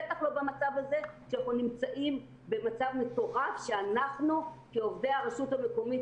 בטח לא במצב הזה המטורף שאנחנו כעובדי הרשות המקומית,